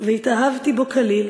והתאהבתי בו כליל,